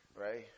right